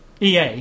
EA